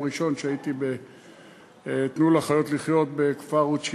ראשון כשהייתי ב"תנו לחיות לחיות" בכפר-רות,